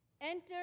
Enter